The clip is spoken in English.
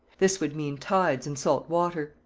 this would mean tides and salt water.